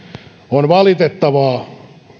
on valitettavaa